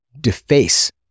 deface